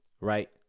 Right